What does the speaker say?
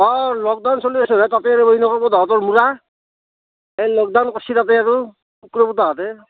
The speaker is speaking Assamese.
অঁ লকডাউন চলি আছে নহয় আতে আৰু ৰাহি নহ'ব তহঁতৰ মূৰা এই লকডাউন কৰছি তাতে আৰু কুকুৰৰ পুতেকহঁতে